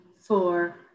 four